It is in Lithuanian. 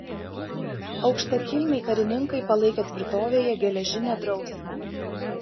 aukštakilmiai karininkai palaikė tvirtovėje geležinę drausmę